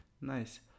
Nice